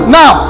now